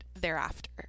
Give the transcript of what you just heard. thereafter